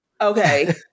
okay